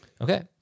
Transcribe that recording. Okay